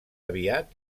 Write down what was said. aviat